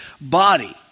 body